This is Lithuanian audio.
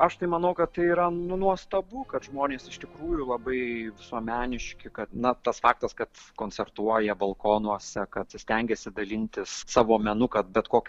aš tai manau kad tai yra nu nuostabu kad žmonės iš tikrųjų labai visuomeniški kad na tas faktas kad koncertuoja balkonuose kad stengiasi dalintis savo menu kad bet kokiu